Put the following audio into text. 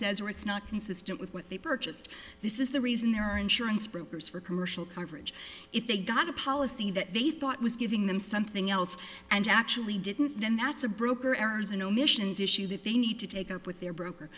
says or it's not consistent with what they purchased this is the reason there are insurance brokers for commercial coverage if they got a policy that they thought was giving them something else and actually didn't and that's a broker errors and omissions sure that they need to take up with their broker